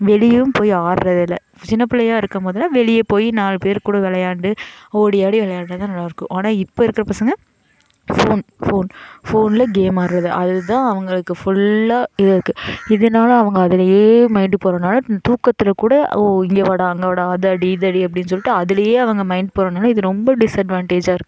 வெளியேவும் போய் ஆடுறது இல்லை சின்னப் பிள்ளையா இருக்கும்போதெல்லாம் வெளியே போய் நாலு பேர் கூட விளையாண்டு ஓடி ஆடி விளையாண்டா தான் நல்லா இருக்கும் ஆனால் இப்போ இருக்கிற பசங்கள் ஃபோன் ஃபோன் ஃபோனில் கேம் ஆடுறது அது தான் அவர்களுக்கு ஃபுல்லாக இருக்குது இதனால அவங்க அதுலேயே மைண்டு போகிறனால தூக்கத்தில் கூட ஓ இங்கே வாடா அங்கே வாடா அதை அடி இதை அடி அப்படின்னு சொல்லிட்டு அதுலேயே அவங்க மைண்ட் போகிறனால இது ரொம்ப டிஸ்அட்வான்டேஜ்ஜாக இருக்குது